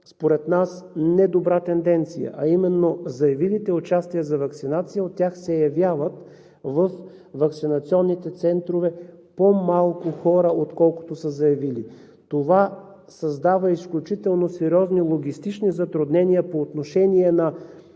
според нас недобра тенденция, а именно заявилите участие за ваксинация - от тях се явяват във ваксинационните центрове по-малко хора, отколкото са заявили. Това създава изключително сериозни логистични затруднения по отношение на